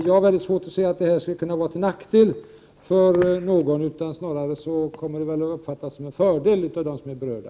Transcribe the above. Jag har svårt att se att det skulle vara till någon nackdel, snarare kommer det att uppfattas som en fördel av de berörda.